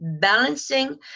balancing